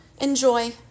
enjoy